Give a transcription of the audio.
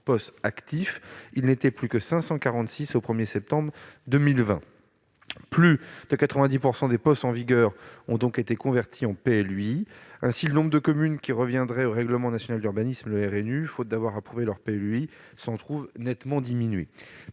toujours actifs ; ils n'étaient plus que 546 au 1 septembre 2020. Plus de 90 % des POS en vigueur ont donc été convertis en PLUI. Ainsi le nombre de communes qui reviendraient au règlement national d'urbanisme, le RNU, faute d'avoir approuvé leur PLUI s'en trouve nettement diminué.